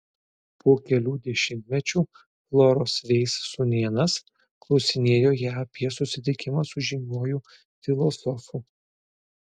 po kelių dešimtmečių floros veis sūnėnas klausinėjo ją apie susitikimą su žymiuoju filosofu